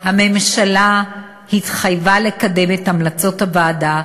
הממשלה התחייבה לקדם את המלצות הוועדה,